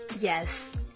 Yes